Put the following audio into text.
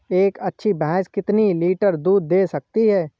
एक अच्छी भैंस कितनी लीटर दूध दे सकती है?